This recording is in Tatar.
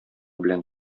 белән